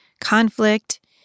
conflict